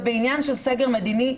ובעניין של סגר מדיני,